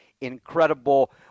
incredible